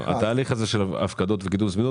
את התהליך הזה של הפקדות וקידום הזמינות